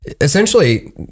essentially